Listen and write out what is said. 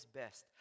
best